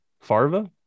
farva